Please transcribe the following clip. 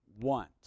want